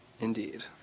Indeed